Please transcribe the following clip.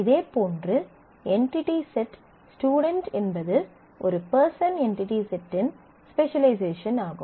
இதேபோன்று entity set student என்பது ஒரு பெர்சன் என்டிடி செட்டின் இன் ஸ்பெசலைசேஷன் ஆகும்